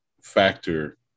factor